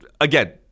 Again